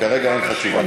כרגע אין לך תשובת שר.